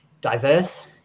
diverse